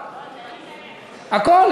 הכול,